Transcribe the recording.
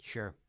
Sure